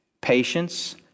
patience